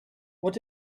what